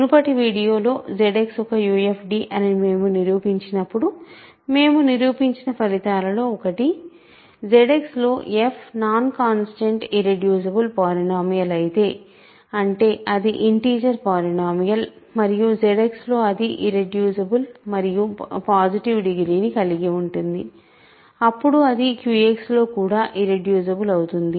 మునుపటి వీడియోలో ZX ఒక UFD అని మేము నిరూపించినప్పుడు మేము నిరూపించిన ఫలితాలలో ఒకటి ZX లో f non constant irreducible polynomial అయితే అంటే అది ఇంటిజర్ పాలినోమియల్ మరియు ZX లో అది ఇర్రెడ్యూసిబుల్ మరియు ఇది పాసిటివ్ డిగ్రీని కలిగి ఉంటుంది అప్పుడు అది QX లో కూడా ఇర్రెడ్యూసిబుల్ అవుతుంది